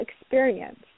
experience